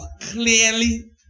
clearly